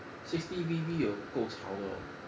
sixty D_B 有够吵的 oh